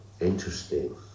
interesting